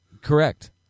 Correct